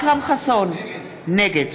נגד